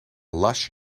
lush